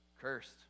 Cursed